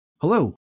Hello